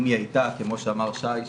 אם היא הייתה כמו שאמר שי,